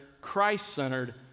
Christ-centered